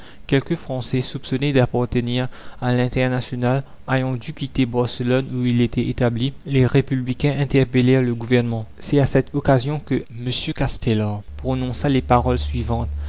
quelques français soupçonnés d'appartenir à l'internationale ayant dû quitter barcelone où ils étaient établis les républicains interpellèrent le gouvernement c'est à cette occasion que m castelar prononça les paroles suivantes